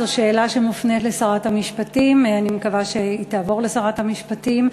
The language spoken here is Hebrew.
זאת שאלה שמופנית לשרת המשפטים ואני מקווה שהיא תעבור לשרת המשפטים.